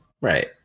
Right